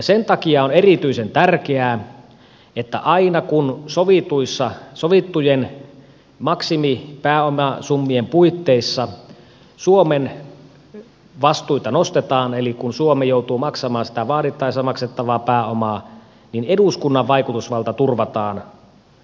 sen takia on erityisen tärkeää että aina kun sovittujen maksimipääomasummien puitteissa suomen vastuita nostetaan eli kun suomi joutuu maksamaan sitä vaadittaessa maksettavaa pääomaa niin eduskunnan vaikutusvalta turvataan etukäteen